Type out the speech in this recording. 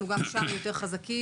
אנחנו גם שם יותר חזקים,